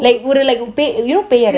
like ஒரு:oru like பேய் அறை:pey arai